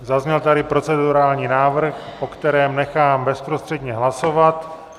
Zazněl tady procedurální návrh, o kterém nechám bezprostředně hlasovat.